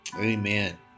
amen